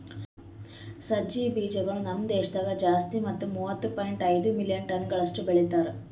ಸಜ್ಜಿ ಬೀಜಗೊಳ್ ನಮ್ ದೇಶದಾಗ್ ಜಾಸ್ತಿ ಮತ್ತ ಮೂವತ್ತು ಪಾಯಿಂಟ್ ಐದು ಮಿಲಿಯನ್ ಟನಗೊಳಷ್ಟು ಬೆಳಿತಾರ್